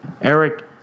Eric